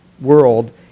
world